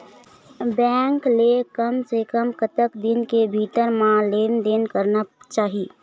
Bank ले कम से कम कतक दिन के भीतर मा लेन देन करना चाही?